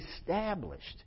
established